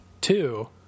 Two